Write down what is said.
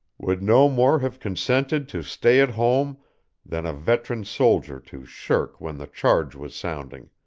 would no more have consented to stay at home than a veteran soldier to shirk when the charge was sounding